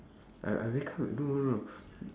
I I really come and no no no